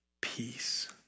peace